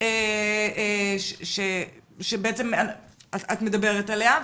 שאת מדברת עליה.